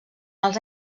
els